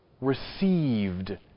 received